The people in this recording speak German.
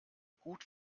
gut